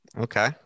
Okay